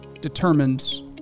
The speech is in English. determines